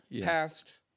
Past